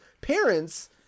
parents